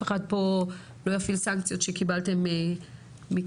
אחד פה לא יפעיל סנקציות שקיבלתם מכוח